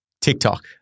TikTok